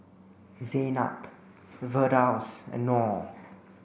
Zaynab Firdaus and Noh